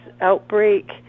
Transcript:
outbreak